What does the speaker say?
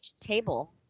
table